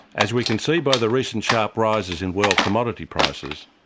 as we can see by the recent sharp rises in world commodity prices,